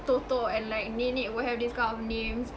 tuk tuk and like nenek will have these kind of names